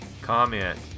Comment